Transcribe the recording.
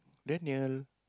Daniel